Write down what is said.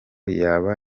yaba